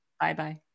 Bye-bye